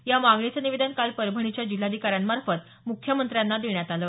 या मागणीचं निवेदन काल परभणीच्या जिल्हाधिकाऱ्यांमार्फत मुख्यमंत्र्यांना देण्यात आल